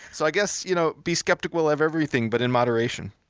so i guess you know be skeptical of everything, but in moderation